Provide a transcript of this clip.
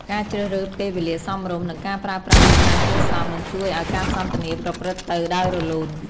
ការជ្រើសរើសពេលវេលាសមរម្យ និងការប្រើប្រាស់ភាសាគួរសម នឹងជួយឲ្យការសន្ទនាប្រព្រឹត្តទៅដោយរលូន។